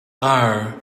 are